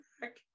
back